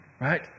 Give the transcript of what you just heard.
right